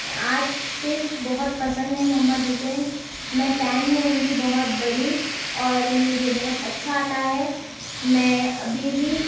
artist بہت پسند ہیں محمد حسین میں فین ہوں ان کی بہت بڑی اور مجھے بہت اچھا آتا ہے میں ابھی بھی